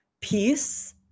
peace